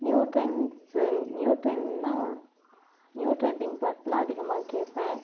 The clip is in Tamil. நியூ ட்ரெண்ட்ஸு நியூ ட்ரெண்ட்னால் நியூ ட்ரெண்டிங் பாட்டெலாம் அதிகமாக கேட்பேன்